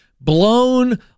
blown